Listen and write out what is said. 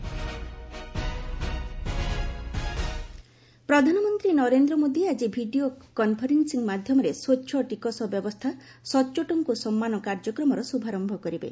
PM taxation ପ୍ରଧାନମନ୍ତ୍ରୀ ନରେନ୍ଦ୍ର ମୋଦୀ ଆଜି video conferencing ମାଧ୍ୟମରେ 'ସ୍ୱଚ୍ଛ ଟିକସ ବ୍ୟବସ୍ଥା ସଚ୍ଚୋଟଙ୍କୁ ସମ୍ମାନ' କାର୍ଯ୍ୟକ୍ରମର ଶୁଭାରମ୍ଭ କରିବେ